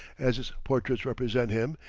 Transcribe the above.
as his portraits represent him,